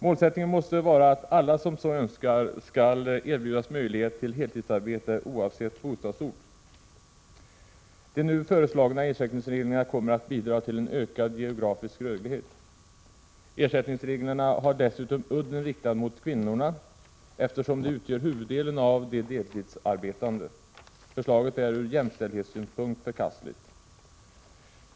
Målsättningen måste vara att alla som så önskar skall erbjudas möjlighet till heltidsarbete oavsett bostadsort. De nu föreslagna ersättningsreglerna kommer att bidra till en ökad geografisk rörlighet. Reglerna har dessutom udden riktad mot kvinnorna, eftersom de utgör huvuddelen av de deltidsarbetande. Förslaget är ur jämställdhetssynpunkt förkastligt.